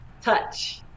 touch